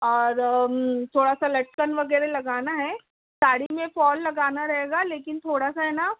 اور تھوڑا سا لٹکن وغیرہ لگانا ہے ساڑی میں فال لگانا رہے گا لیکن تھوڑا سا ہے نا